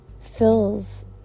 fills